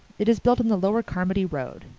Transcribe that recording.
it is built on the lower carmody road.